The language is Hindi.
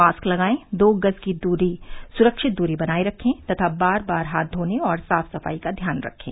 मास्क लगायें दो गज की सुरक्षित दूरी बनाये रखें तथा बार बार हाथ धोने और साफ सफाई का ध्यान रखें